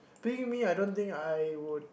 being me I don't think I would